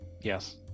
Yes